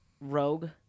rogue